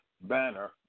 banner